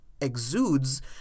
exudes